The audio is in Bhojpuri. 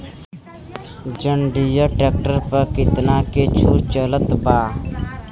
जंडियर ट्रैक्टर पर कितना के छूट चलत बा?